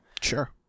Sure